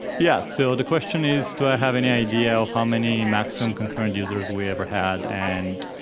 yes, so the question is, do i have any idea of how many maximum concurrent users we ever had and,